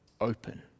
open